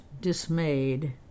dismayed